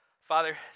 Father